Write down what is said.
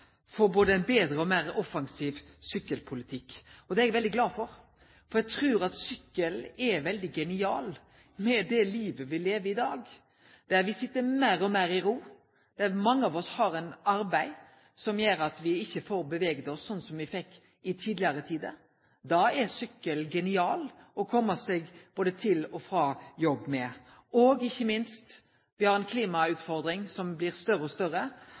for både ein betre og meir offensiv sykkelpolitikk. Det er eg veldig glad for, for eg trur at sykkel er veldig genialt med det livet me lever i dag, der me sit meir og meir i ro, der mange av oss har eit arbeid som gjer at me ikkje får bevega oss sånn som me fekk i tidlegare tider. Da er sykkel genialt for å kome seg både til og frå jobb. Og, ikkje minst, me har ei klimautfordring som blir større og større,